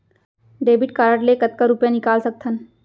Debit card ले कतका रुपिया निकाल सकथन?